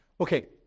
Okay